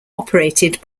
operated